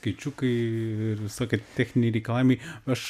skaičiukai ir visokie techniniai reikalavimai aš